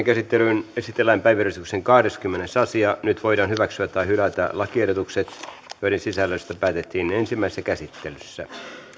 käsittelyyn esitellään päiväjärjestyksen kahdeskymmenes asia nyt voidaan hyväksyä tai hylätä lakiehdotukset joiden sisällöstä päätettiin ensimmäisessä käsittelyssä